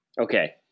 Okay